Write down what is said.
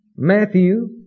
Matthew